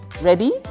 Ready